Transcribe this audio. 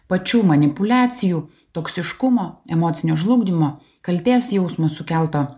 pačių manipuliacijų toksiškumo emocinio žlugdymo kaltės jausmo sukelto